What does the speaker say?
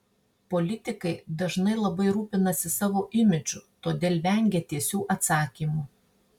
politikai dažnai labai rūpinasi savo imidžu todėl vengia tiesių atsakymų